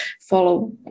follow